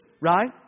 right